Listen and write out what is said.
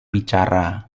bicara